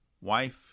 Wife